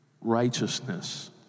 righteousness